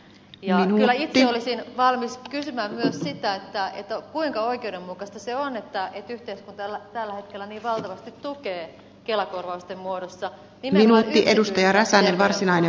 kyllä itse olisin valmis kysymään myös sitä kuinka oikeudenmukaista se on että yhteiskunta tällä hetkellä niin valtavasti tukee kelakorvausten muodossa nimenomaan yksityistä terveydenhuoltoa